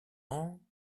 ans